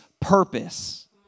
purpose